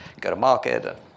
go-to-market